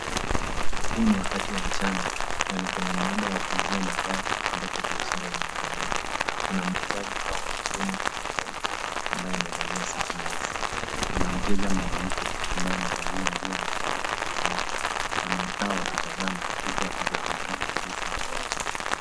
Huu ni wakati wa mchana na ni kwenye mnanda wa kuuzia magari ambapo biashara inaendelea. Kuna muuzaji au mhudumu mwanaume ambaye amevalia suti nyeusi. Ana mteja mwanamke ambaye amevalia nguo ya rangi ya hudhurungi. Wamekaa wakitazama huku wakijadiliana kuhusu magari.